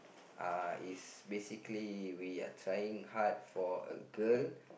uh is basically we are trying hard for a girl